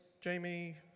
Jamie